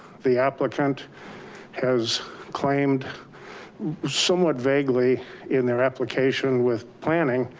the applicant has claimed somewhat vaguely in their application with planning